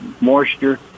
moisture